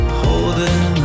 holding